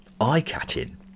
eye-catching